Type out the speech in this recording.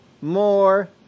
more